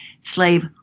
slave